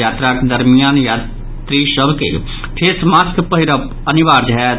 यात्राक दरमियान यात्रीसभ के फेस मास्क पहिरब अनिवार्य होयत